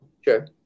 Sure